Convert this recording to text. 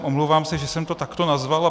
Omlouvám se, že jsem to takto nazval.